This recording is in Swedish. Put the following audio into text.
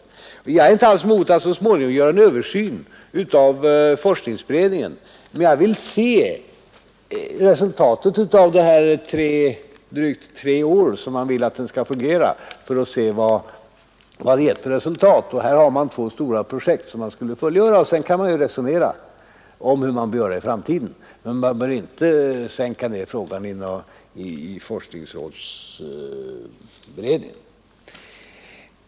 Jag har ingenting alls emot att så småningom göra en översyn av forskningsberedningen, men jag vill se resultatet av det arbete som skall pågå under drygt tre år. Här har man två stora projekt att fullgöra, och sedan kan man resonera om hur man bör göra i framtiden, men man bör inte sänka ner frågan i forskningsrådsberedningen.